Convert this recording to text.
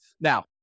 Now